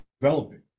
developing